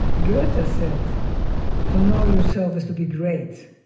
goethe ah said, to know yourself is to be great.